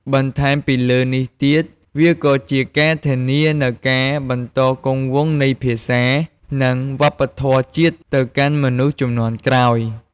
បន្ថែមពីលើនេះទៀត វាក៏ជាការធានានូវការបន្តគង់វង្សនៃភាសា និងវប្បធម៌ជាតិទៅកាន់មនុស្សជំនាន់ក្រោយ។